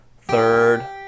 third